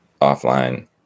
offline